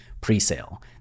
presale